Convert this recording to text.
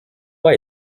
pas